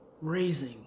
raising